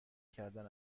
کردن